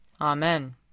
Amen